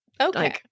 Okay